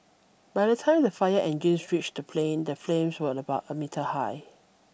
by the time the fire engines reached the plane the flames were about a meter high